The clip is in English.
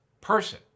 person